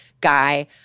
guy